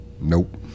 Nope